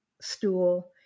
stool